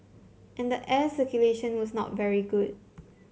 and the air circulation was not very good